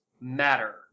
matter